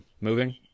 Moving